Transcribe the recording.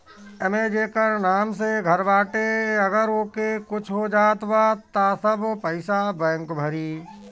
एमे जेकर नाम से घर बाटे अगर ओके कुछ हो जात बा त सब पईसा बैंक भरी